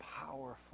powerful